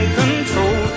control